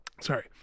sorry